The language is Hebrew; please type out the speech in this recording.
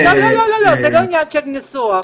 לא, זה לא עניין של ניסוח,